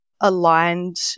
aligned